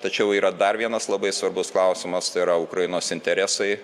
tačiau yra dar vienas labai svarbus klausimas tai yra ukrainos interesai